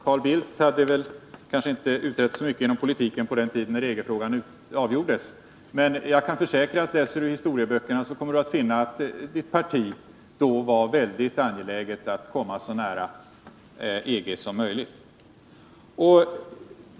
Carl Bildt hade kanske inte uppträtt så mycket inom politiken när EG-frågan avgjordes, men läser han historieböckerna skall han finna att hans parti då var väldigt angeläget att komma så nära EG som möjligt.